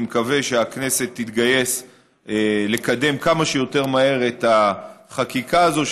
אני מקווה שהכנסת תתגייס לקדם כמה שיותר מהר את החקיקה הזאת,